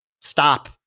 stop